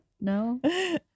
No